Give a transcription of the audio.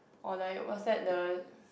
or like what's that the